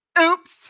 Oops